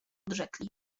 odrzekli